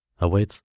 awaits